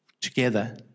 together